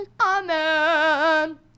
Amen